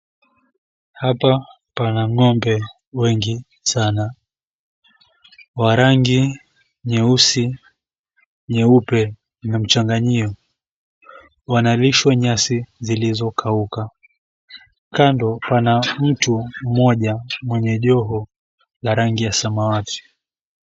Hapa pana ng'ombe wengi sana. Wa rangi nyeusi, nyeupe na mchanganyio. Wanalishwa nyasi zilizokauka. Kando pana mtu mmoja mwenye joho la rangi ya samawati.